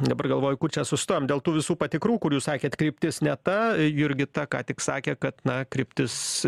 dabar galvoju kur čia sustojom dėl tų visų patikrų kur jūs sakėt kryptis ne ta jurgita ką tik sakė kad na kryptis